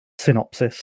synopsis